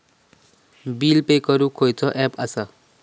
Bill pay करूक खैचो app असा?